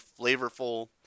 flavorful